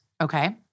Okay